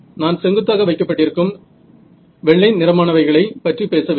நான் செங்குத்தாக வைக்கப்பட்டிருக்கும் வெள்ளை நிறமானவகைகளை பற்றி பேசவில்லை